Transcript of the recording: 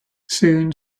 soon